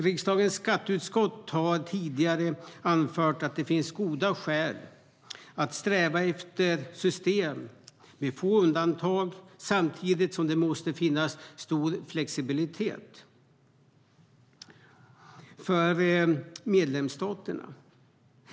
Riksdagens skatteutskott har tidigare anfört att det finns goda skäl att sträva efter system med få undantag, samtidigt som det måste finnas stor flexibilitet för medlemsstaterna.